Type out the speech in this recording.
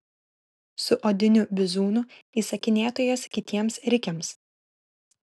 su odiniu bizūnu įsakinėtojas kitiems rikiams